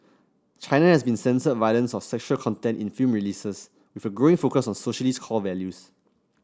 China has long censored violence or sexual content in film releases with a growing focus on socialist core values